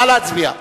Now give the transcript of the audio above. נא להצביע.